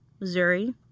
Missouri